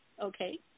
Okay